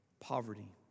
poverty